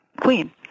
queen